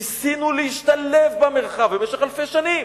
ניסינו להשתלב במרחב במשך אלפי שנים,